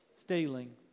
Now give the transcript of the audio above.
Stealing